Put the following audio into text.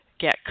get